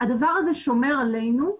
הדבר הזה שומר עלינו,